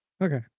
Okay